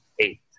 eight